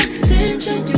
attention